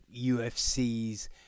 UFCs